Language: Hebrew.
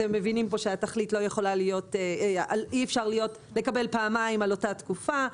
אתם מבינים שאי אפשר לקבל פעמיים על אותה תקופה,